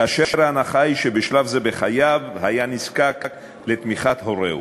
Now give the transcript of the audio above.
כאשר ההנחה היא שבשלב זה בחייו היה נזקק לתמיכת הורהו,